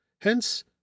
hence